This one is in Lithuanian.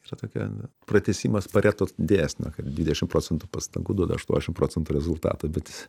čia tokia pratęsimas pareto dėsnio kad dvidešimt procentų pastangų duoda aštuoniasdešimt procentų rezultato bet